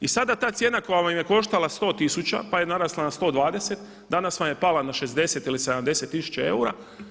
I sada ta cijena koja bi me koštala 100 tisuća pa je narasla na 120 danas vam je pala na 60 ili 70 tisuća eura.